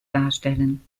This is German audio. darstellen